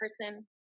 person